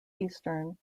eastern